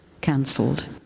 cancelled